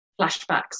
flashbacks